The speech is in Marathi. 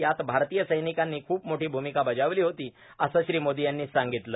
यात भारतीय सैनिकांनी खूप मोठी भूमिका बजावली होती असं श्री मोदी यांनी सांगितलं